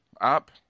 up